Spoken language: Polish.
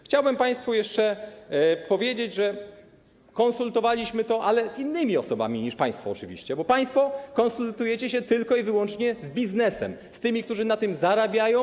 Chciałbym państwu jeszcze powiedzieć, że konsultowaliśmy to, ale z innymi osobami niż państwo oczywiście, bo państwo konsultujecie się tylko z biznesem, z tymi, którzy na tym zarabiają.